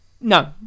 No